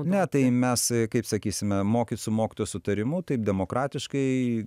ne tai mes kaip sakysime moky su mokytojų sutarimu taip demokratiškai